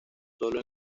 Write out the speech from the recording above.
solo